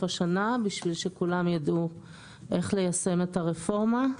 השנה כדי שכולם ידעו איך ליישם את הרפורמה.